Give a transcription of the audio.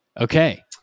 Okay